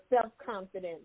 self-confidence